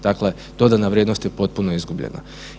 Dakle, dodana vrijednost je potpuno izgubljena.